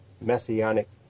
Messianic